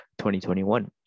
2021